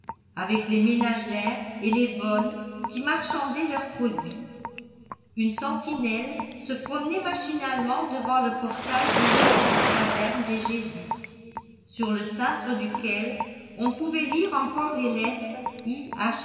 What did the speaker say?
avec les ménagères et les bonnes qui marchandaient leurs produits une sentinelle se promenait machinalement devant le portail élevé de la caserne des jésuites sur le cintre duquel on pouvait lire encore les lettres